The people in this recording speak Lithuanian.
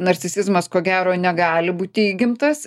narcisizmas ko gero negali būti įgimtas